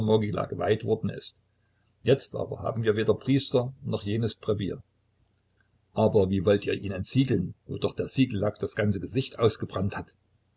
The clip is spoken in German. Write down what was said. geweiht worden ist jetzt aber haben wir weder priester noch jenes brevier aber wie wollt ihr ihn entsiegeln wo doch der siegellack das ganze gesicht ausgebrannt hat